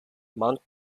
mount